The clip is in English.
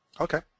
Okay